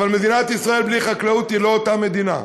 אבל מדינת ישראל בלי חקלאות היא לא אותה מדינה,